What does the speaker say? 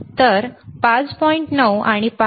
तर 5